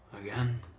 Again